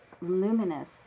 luminous